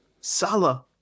Salah